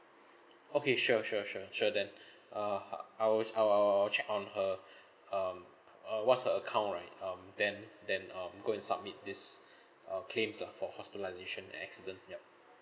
okay sure sure sure sure then uh I will I'll I'll check on her um uh what's her account right um then then um go and submit this err claims lah for hospitalisation and accident yup